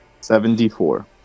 Seventy-four